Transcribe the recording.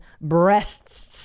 breasts